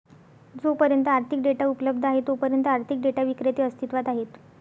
जोपर्यंत आर्थिक डेटा उपलब्ध आहे तोपर्यंत आर्थिक डेटा विक्रेते अस्तित्वात आहेत